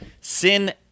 Sin